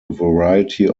variety